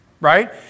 Right